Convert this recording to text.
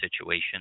situation